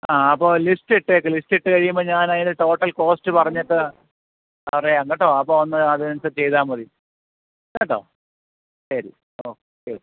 ആ അപ്പോൾ ലിസ്റ്റിട്ടേക്ക് ലിസ്റ്റിട്ട് കഴിയുമ്പം ഞാൻ അതിന്റെ ടോട്ടല് കോസ്റ്റ് പറഞ്ഞിട്ട് പറയാം കേട്ടോ അപ്പോൾ വന്ന് അതിനനുസരിച്ച് ചെയ്താൽ മതി കേട്ടോ ശരി ഓ ശരി